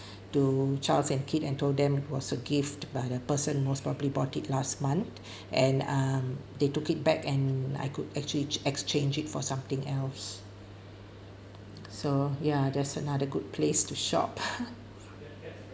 to Charles & Keith and told them was a gift by the person most probably bought it last month and um they took it back and I could actually exchange it for something else so ya that's another good place to shop